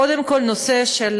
קודם כול, הנושא של